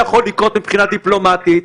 לקרות מבחינה דיפלומטית,